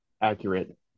accurate